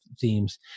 themes